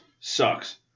sucks